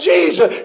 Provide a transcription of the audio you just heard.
Jesus